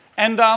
and um